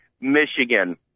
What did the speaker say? Michigan